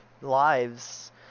lives